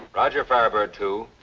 roger, firebird two.